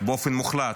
באופן מוחלט?